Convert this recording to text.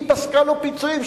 היא פסקה לו פיצויים.